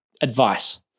advice